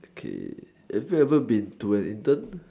okay have you ever been to an intern